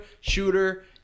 shooter